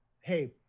hey